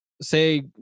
say